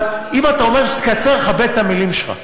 אבל אם אתה אומר שתקצר, כבד את המילים שלך.